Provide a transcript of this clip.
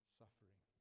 suffering